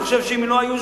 אני חושב שאם הם לא היו,